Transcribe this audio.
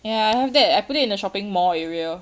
ya then after that I put it in a shopping mall area